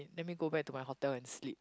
let me go back to my hotel and sleep